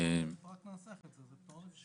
רק לנסח את זה.